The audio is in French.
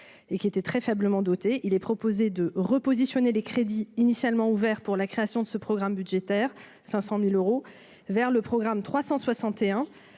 et qui était très faiblement dotée il est proposé de repositionner les crédits initialement ouvert pour la création de ce programme budgétaire 500000 euros vers le programme 361